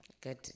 Good